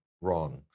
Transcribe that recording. wrong